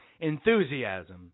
Enthusiasm